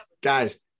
guys